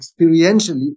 experientially